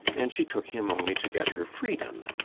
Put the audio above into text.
and she took him only to get her freedom.